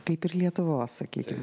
kaip ir lietuvos sakykim